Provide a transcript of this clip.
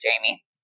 Jamie